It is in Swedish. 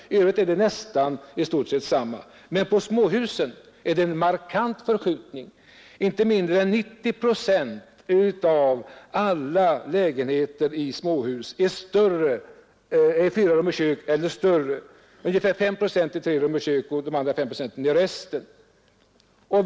I övrigt är det i stort sett detsamma. Men i fråga om småhus är det en markant förskjutning. Inte mindre än 90 procent av alla lägenheter i småhus är fyra rum och kök eller större. Ungefär 5 procent är tre rum och kök, de andra 5 procenten är övriga.